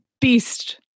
beast